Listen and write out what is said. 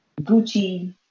Gucci